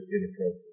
inappropriate